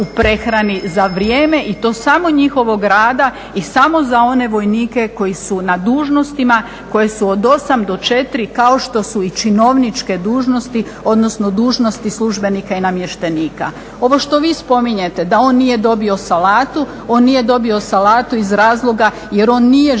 u prehrani za vrijeme i to samo njihovog rada i samo za one vojnike koji su na dužnostima koje su od 8 do 4, kao što su i činovničke dužnosti, odnosno dužnosti službenika i namještenika. Ovo što vi spominjete da on nije dobio salatu, on nije dobio salatu iz razloga jer on nije želio